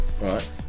Right